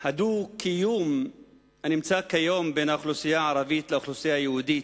שיש היום בין האוכלוסייה הערבית לאוכלוסייה היהודית,